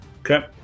Okay